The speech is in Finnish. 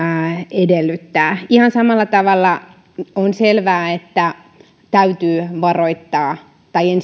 edellyttää ihan samalla tavalla on selvää että täytyy varoittaa tai